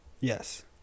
Yes